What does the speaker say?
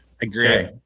agree